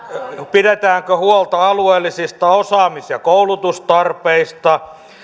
pidetäänkö huolta alueellisista osaamis ja koulutustarpeista